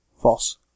False